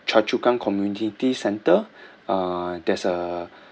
choa chu kang community centre uh there's uh